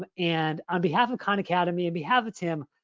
but and on behalf of khan academy and behalf of tim,